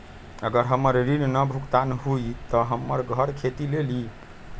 अगर हमर ऋण न भुगतान हुई त हमर घर खेती लेली?